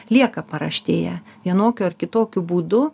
lieka paraštėje vienokiu ar kitokiu būdu